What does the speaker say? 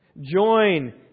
Join